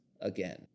again